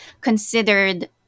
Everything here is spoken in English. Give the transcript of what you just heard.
considered